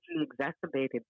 exacerbated